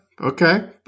Okay